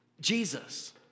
Jesus